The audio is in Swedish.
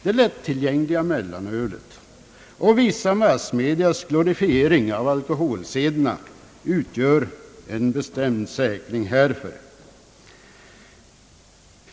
Det lättillgängliga mellanölet och vissa massmedias glorifiering av alkoholsederna utgör en bestämd säkerhet härvidlag.